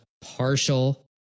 partial